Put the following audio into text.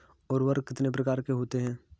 उर्वरक कितने प्रकार के होते हैं?